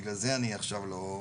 בגלל זה אני עכשיו לא.